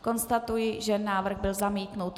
Konstatuji, že návrh byl zamítnut.